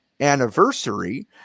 anniversary